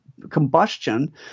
combustion